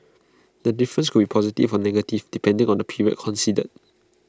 the difference could be positive or negative depending on the period considered